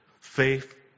faith